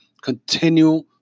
continue